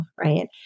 Right